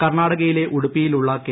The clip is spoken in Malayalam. കർണാടകയിലെ ഉടുപ്പിയിലുള്ള കെ